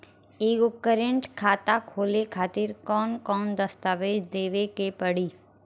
एगो करेंट खाता खोले खातिर कौन कौन दस्तावेज़ देवे के पड़ी?